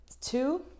Two